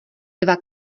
dva